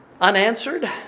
unanswered